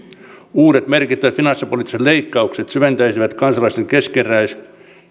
uudet merkittävät finanssipoliittiset leikkaukset syventäisivät kansalaisten keskinäistä